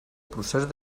procés